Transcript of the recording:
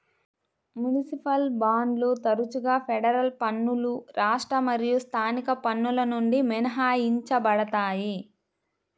municipal బాండ్లు తరచుగా federal పన్నులు రాష్ట్ర మరియు స్థానిక పన్నుల నుండి మినహాయించబడతాయి